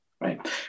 Right